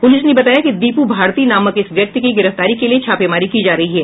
police ने बताया कि दीपू भारती नामक इस व्यक्ति की गिरफ्तारी के लिए छापेमारी की जा रही है